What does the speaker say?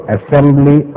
Assembly